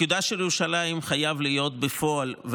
איחודה של ירושלים חייב להיות בפועל,